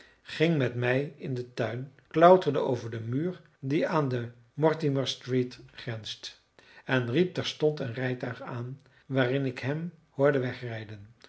ging met mij in den tuin klauterde over den muur die aan de mortimer street grenst en riep terstond een rijtuig aan waarin ik hem hoorde wegrijden